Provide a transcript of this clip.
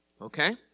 Okay